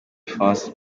france